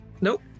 Nope